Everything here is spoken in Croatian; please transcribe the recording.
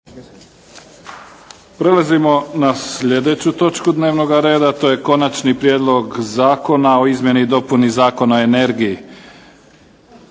Prelazimo na sljedeću točku dnevnoga reda, a to je - Konačni prijedlog zakona o izmjeni i dopuni Zakona o energiji,